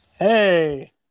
Hey